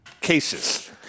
cases